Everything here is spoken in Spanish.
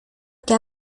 que